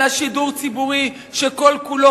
אלא שידור ציבורי שכל-כולו,